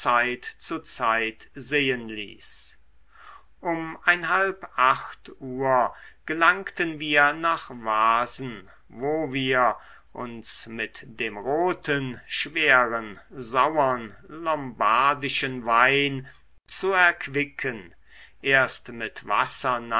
zu zeit sehen ließ um uhr gelangten wir nach wasen wo wir uns mit dem roten schweren sauern lombardischen wein zu erquicken erst mit wasser